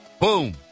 Boom